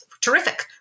Terrific